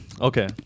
Okay